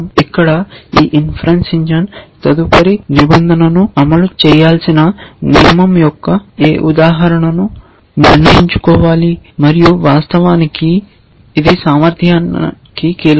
ఇక్కడ ఈ inference engine తదుపరి నిబంధనను అమలు చేయాల్సిన నియమం యొక్క ఏ ఉదాహరణను నిర్ణయించుకోవాలి మరియు వాస్తవానికి సామర్థ్యానికి కీలకం